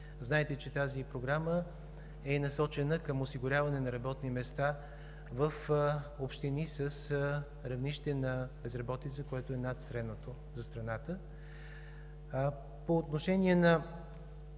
Знаете, че тази Програма е насочена към осигуряване на работни места в общини с равнище на безработица, което е над средното за страната. По отношение на